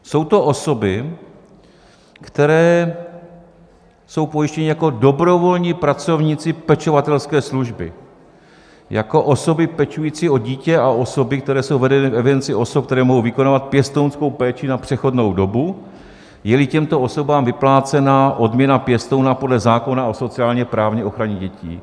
Jsou to osoby, které jsou pojištěny jako dobrovolní pracovníci pečovatelské služby, jako osoby pečující o dítě a osoby, které jsou vedeny v evidenci osob, které mohou vykonávat pěstounskou péči na přechodnou dobu, jeli těmto osobám vyplácena odměna pěstouna podle zákona o sociálněprávní ochraně dětí.